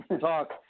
Talk